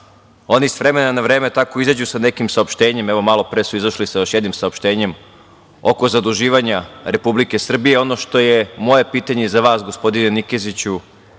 oni s vremena na vreme tako izađu sa nekim saopštenjem. Evo, malo pre su izašli sa još jednim saopštenjem oko zaduživanja Republike Srbije. Ono što je moje pitanje za vas, gospodine Nikeziću